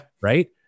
Right